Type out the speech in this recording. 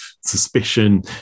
suspicion